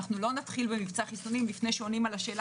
לא נתחיל במבצע חיסונים לפני שעונים על השאלה